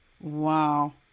Wow